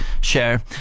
Share